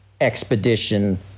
expedition